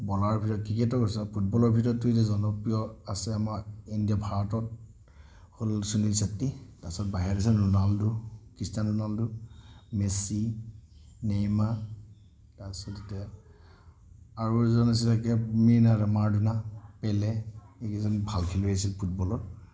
বলাৰৰ ভিতৰত ক্ৰিকেটৰ হৈছে ফুটবলৰ ভিতৰত হৈছে জনপ্ৰিয় আছে আমাৰ ইণ্ডিয়া ভাৰতৰ হ'ল সুনীল ছেত্ৰী তাৰপিছত বাহিৰত আছে Ronaldo Cristiano Ronaldo Messi Neymar তাৰপিছত এতিয়া আৰু এজন আছে একেবাৰে মেইন আৰু মাৰাডোনা পেলে এইকেইজন ভাল খেলুৱৈ আছিল ফুটবলৰ